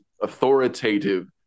authoritative